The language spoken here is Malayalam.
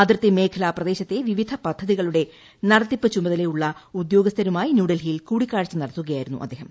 അതിർത്തി മേഖലാ പ്രിദ്ദേൾട്തെ വിവിധ പദ്ധതികളുടെ നടത്തിപ്പ് ചുമതലയൂള്ള് ഉദ്യോഗസ്ഥരുമായി ന്യൂഡൽഹിയിൽ കൂടിക്കാഴ്ച നട്ടത്തുകയായിരുന്നു അദ്ദേഹം